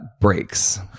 breaks